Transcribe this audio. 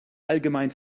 allgemein